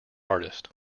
artist